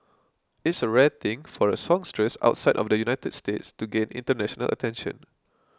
it's a rare thing for a songstress outside of the United States to gain international attention